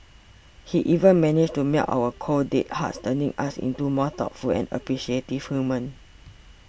he even managed to melt our cold dead hearts turning us into more thoughtful and appreciative humans